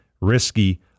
risky